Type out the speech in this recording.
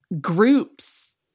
groups